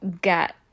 get